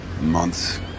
months